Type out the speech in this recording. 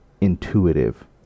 intuitive